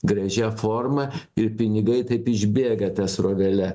gražia forma ir pinigai taip išbėga ta srovele